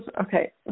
okay